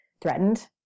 threatened